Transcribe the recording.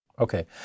Okay